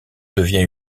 devient